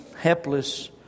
helpless